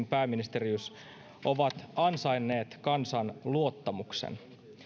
pääministeriys ovat ansainneet kansan luottamuksen